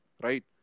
right